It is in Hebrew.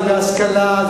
השכלה,